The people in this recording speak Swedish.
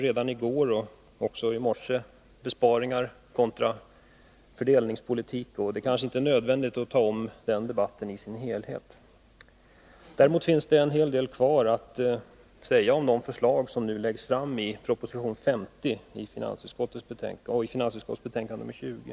Både i går och i morse har besparingar resp. fördelningspolitik diskuterats, och det är kanske inte nödvändigt att nu ta om den debatten, Däremot finns det en hel del kvar att säga om de förslag som nu läggs fram i proposition nr 50 och i finansutskottets betänkande nr 20.